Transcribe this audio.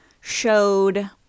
showed